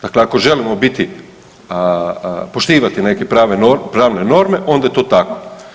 Dakle, ako želimo biti, poštivati neke pravne norme onda je to tako.